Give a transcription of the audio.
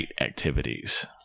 activities